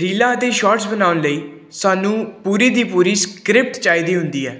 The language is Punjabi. ਰੀਲਾਂ ਅਤੇ ਸ਼ੋਟਸ ਬਣਾਉਣ ਲਈ ਸਾਨੂੰ ਪੂਰੀ ਦੀ ਪੂਰੀ ਸਕ੍ਰਿਪਟ ਚਾਹੀਦੀ ਹੁੰਦੀ ਹੈ